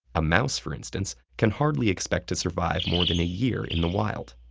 a mouse, for instance, can hardly expect to survive more than a year in the wild.